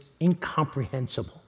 incomprehensible